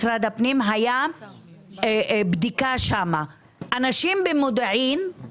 2024. כמו שאני אומר תמיד לעולם הצרכים